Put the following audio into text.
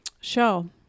show